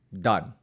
Done